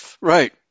right